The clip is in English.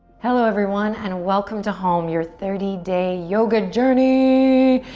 hello, everyone, and welcome to home, your thirty day yoga journey.